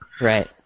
Right